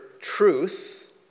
truth